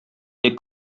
they